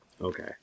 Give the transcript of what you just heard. Okay